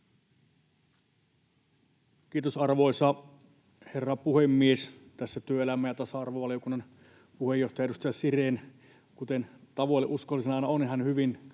Kiitos, arvoisa herra puhemies! Tässä työelämä- ja tasa-arvovaliokunnan puheenjohtaja, edustaja Sirén, kuten tavoilleen uskollisena aina on,